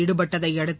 ஈடுபட்டதையடுத்து